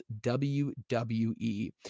WWE